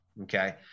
okay